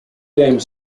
dame